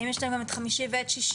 אם יש להם גם את חמישי ואת שישי,